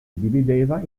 divideva